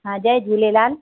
हा जय झूलेलाल